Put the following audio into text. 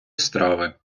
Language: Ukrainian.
страви